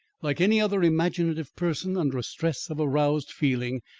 like any other imaginative person under a stress of aroused feeling,